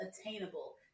attainable